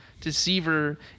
Deceiver